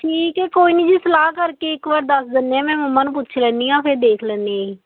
ਠੀਕ ਹੈ ਕੋਈ ਨਹੀਂ ਜੀ ਸਲਾਹ ਕਰਕੇ ਇੱਕ ਵਾਰ ਦੱਸ ਦਿੰਦੇ ਹਾਂ ਮੈਂ ਮੰਮਾ ਨੂੰ ਪੁੱਛ ਲੈਂਦੀ ਹਾਂ ਫਿਰ ਦੇਖ ਲੈਂਦੇ ਜੀ